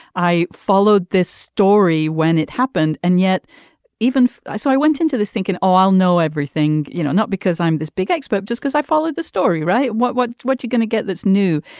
i followed this story when it happened. and yet even so i went into this thinking oh i'll know everything you know not because i'm this big expert just because i followed the story right. what what what you're going to get that's new.